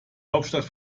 hauptstadt